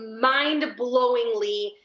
mind-blowingly